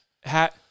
hat